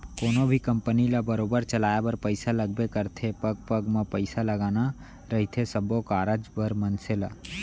कोनो भी कंपनी ल बरोबर चलाय बर पइसा लगबे करथे पग पग म पइसा लगना रहिथे सब्बो कारज बर मनसे ल